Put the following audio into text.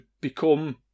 become